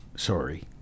Sorry